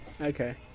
Okay